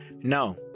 no